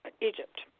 Egypt